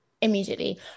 Immediately